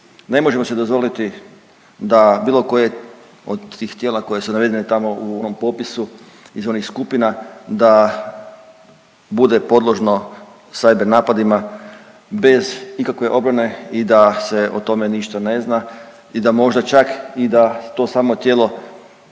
Ne možemo si dozvoliti da bilo koje od tih tijela koje su navedene tamo u onom popisu iz onih skupina da bude podložno cyber napadima bez ikakve obrane i da se o tome ništa ne zna i da možda čak i da to samo tijelo